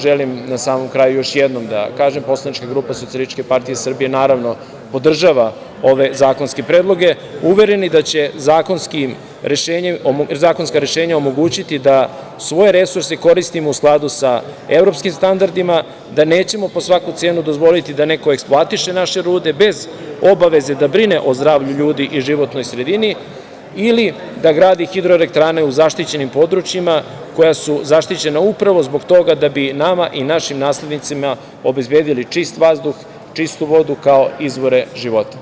Želim na samom kraju još jednom da kažem, Poslanička grupa SPS naravno, podržava ove zakonske predloge, uvereni da će zakonska rešenja omogućiti da svoje resurse koristimo u skladu sa evropskim standardima, da nećemo po svaku cenu dozvoliti da neko eksploatiše naše rude bez obaveze da brine o zdravlju ljudi i životnoj sredini ili da gradi hidroelektrane u zaštićenim područjima koja su zaštićena upravo zbog toga da bi nama i našim naslednicima obezbedili čist vazduh, čistu vodu, kao izvore života.